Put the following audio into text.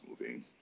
movie